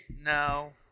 no